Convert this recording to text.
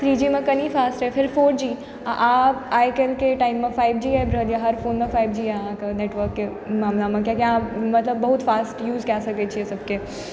three G मे कनि fast रहय फेर फोर जी आओर आब आइ काल्हिके टाइममे फाइव जी आबि रहल यऽ हर फोनमे फाइव जी अहाँके नेटवर्कके मामिलामे किएक कि आब मतलब बहुत फास्ट यूज कए सकय छियै सबके अहाँके